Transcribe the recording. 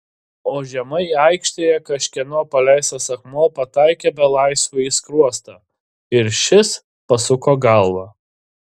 o žemai aikštėje kažkieno paleistas akmuo pataikė belaisviui į skruostą ir šis pasuko galvą